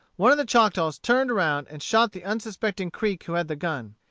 one of the choctaws turned around and shot the unsuspecting creek who had the gun.